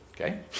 Okay